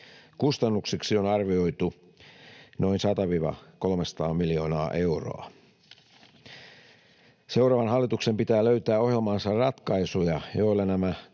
Kustannuksiksi on arvioitu noin 100—300 miljoonaa euroa. Seuraavan hallituksen pitää löytää ohjelmaansa ratkaisuja, joilla nämä